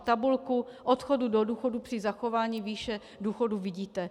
Tabulku odchodu do důchodu při zachování výše důchodu vidíte.